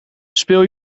speel